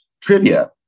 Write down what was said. trivia